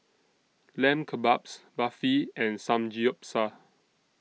Lamb Kebabs Barfi and Samgeyopsal